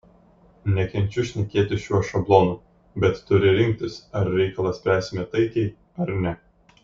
nekenčiu šnekėti šiuo šablonu bet turi rinktis ar reikalą spręsime taikiai ar ne